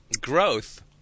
growth